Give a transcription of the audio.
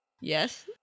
Yes